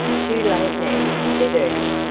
too late now, said ernie.